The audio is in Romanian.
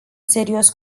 serios